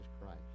Christ